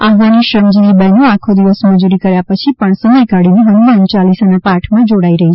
આહવાની શ્રમજીવી બહેનો આખો દિવસ મજુરી કર્યા પછી પણ સમય કાઢીને હનુમાન ચાલીસાના પાઠ માં જોડાઈ રહી છે